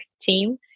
team